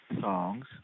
songs